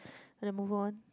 gonna move on